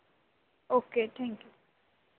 okay thank you